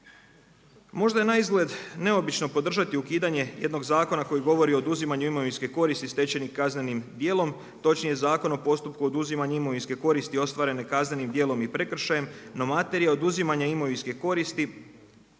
Možda je naizgled neobično podržati ukidanje jednog zakona koji govori o oduzimanju imovinske koristi stečenim kaznenim dijelom. Točnije Zakon o postupku oduzimanja imovinske koristi ostvarene kaznenim djelom i prekršajem, no materija oduzimanja imovinske koristi